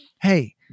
Hey